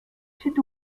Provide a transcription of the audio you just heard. sud